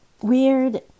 weird